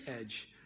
edge